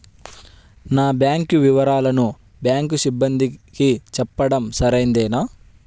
నా బ్యాంకు వివరాలను బ్యాంకు సిబ్బందికి చెప్పడం సరైందేనా?